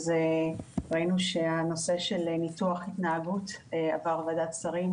ראינו שהנושא של ניתוח התנהגות עבר וועדת שרים.